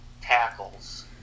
tackles